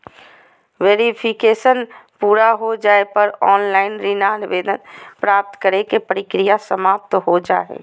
verification पूरा हो जाय पर ऑनलाइन ऋण आवेदन प्राप्त करे के प्रक्रिया समाप्त हो जा हय